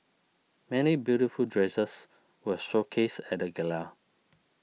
many beautiful dresses were showcased at the gala